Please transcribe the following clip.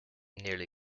nearly